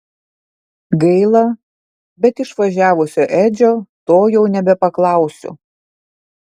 gaila bet išvažiavusio edžio to jau nebepaklausiu